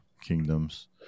Kingdoms